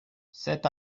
cet